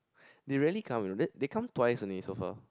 they rarely come you know then they come twice only so far